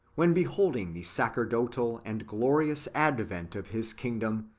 when beholding the sacerdotal and glorious advent of his kingdom,